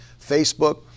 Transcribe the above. Facebook